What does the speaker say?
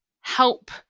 help